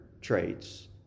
traits